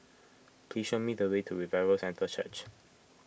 please show me the way to Revival Centre Church